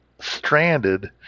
stranded